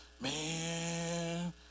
man